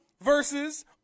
versus